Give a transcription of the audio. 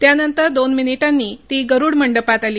त्यानंतर दोन मिनिटांनी गरुड मंडपात आली